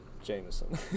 Jameson